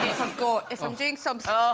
forgot if i'm doing something